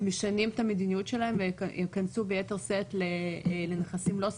משנים את המדיניות שלהם וייכנסו ביתר שאת לנכסים לא סחירים,